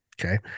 okay